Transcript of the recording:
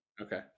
Okay